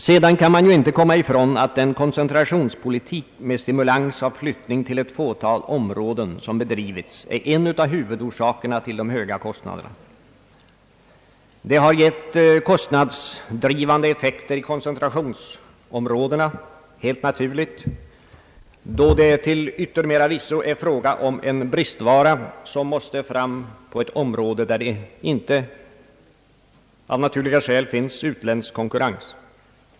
Sedan kan man ju inte komma ifrån att den koncentrationspolitik med stimulans av flyttning till ett fåtal områden som bedrivits är en av huvudorsakerna till de höga kostnaderna. Den har givit kostnadsdrivande effekter i koncentrationsområdena, vilket är helt naturligt då det till yttermera visso är fråga om en bristvara som måste fram på ett område där det av naturliga skäl inte finns utländsk konkurrens.